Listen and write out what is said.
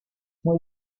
muy